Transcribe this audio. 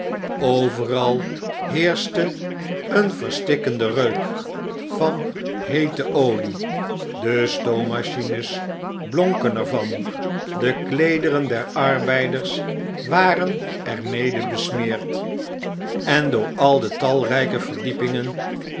overal heerschte een verstikkende reuk van heete olie de stoommachines blonken er van de kleederen der arbeiders waren er mede besmeerd en door al de talrijke verdiepingen